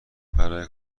برای